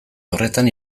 horretan